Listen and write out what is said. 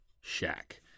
Shack